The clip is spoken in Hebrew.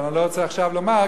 אבל אני לא רוצה עכשיו לומר,